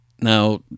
Now